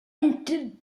induction